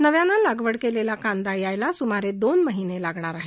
नव्यानं लागवड केलेला कांदा यायला सुमारे दोन महिने लागणार आहेत